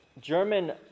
German